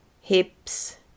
hips